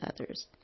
others